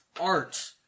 art